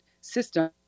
system